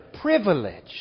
privilege